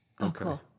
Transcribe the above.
Okay